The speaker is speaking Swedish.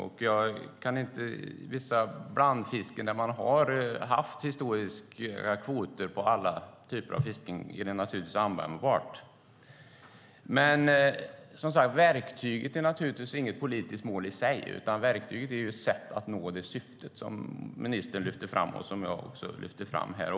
För vissa blandfisken där man har haft historiska kvoter på alla typer av fiske är det användbart. Verktyget är inte något politiskt mål i sig. Verktyget är ett sätt att nå det syfte som ministern lyfte fram och som jag också lyfte fram här.